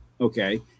okay